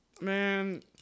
Man